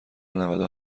نودو